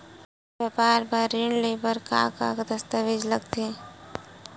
व्यापार बर ऋण ले बर का का दस्तावेज लगथे?